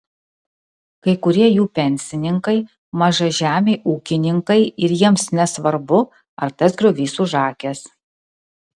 kai kurie jų pensininkai mažažemiai ūkininkai ir jiems nesvarbu ar tas griovys užakęs